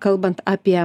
kalbant apie